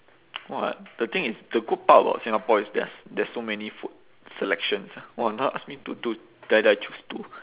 !wah! the thing is the good part about singapore is there are there's so many food selections !wah! now ask me to die die choose two